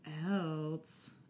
else